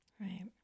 Right